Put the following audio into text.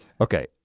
Okay